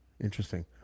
Interesting